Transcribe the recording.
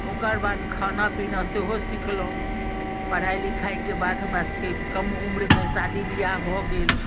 ओकरबाद खाना पीना सेहो सिखलहुँ पढ़ाइ लिखाइके बाद हमरासभके कम उम्रमे शादी बियाह भऽ गेल